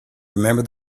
remember